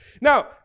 Now